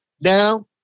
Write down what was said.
Now